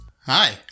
Hi